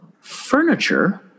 furniture